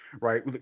right